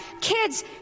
kids